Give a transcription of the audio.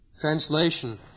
Translation